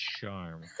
charm